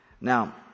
Now